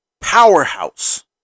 powerhouse